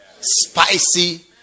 Spicy